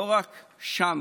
לא רק שם,